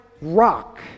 rock